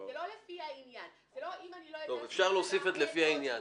זה לא לפי העניין --- אפשר להוסיף את "לפי העניין".